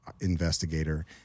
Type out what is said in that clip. investigator